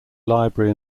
library